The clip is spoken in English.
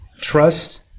Trust